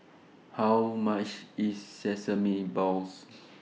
How much IS Sesame Balls